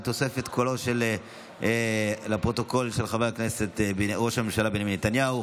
בתוספת קולו של ראש הממשלה בנימין נתניהו לפרוטוקול,